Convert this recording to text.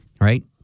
right